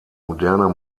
moderner